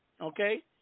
Okay